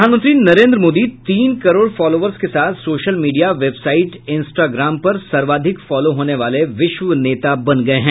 प्रधानमंत्री नरेन्द्र मोदी तीन करोड़ फॉलोवर्स के साथ सोशल मीडिया वेबसाईट इंस्टाग्राम पर सर्वाधिक फॉलो होने वाले विश्व नेता बन गए हैं